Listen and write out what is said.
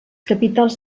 capitals